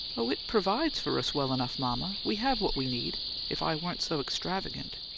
oh, it provides for us well enough, mama. we have what we need if i weren't so extravagant.